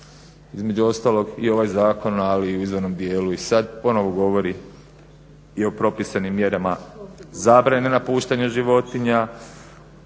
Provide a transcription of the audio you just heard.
Između ostalog i ovaj zakon ali i u onom dijelu i sad ponovno govori i o propisanim mjerama zabrane napuštanja životinja,